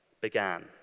began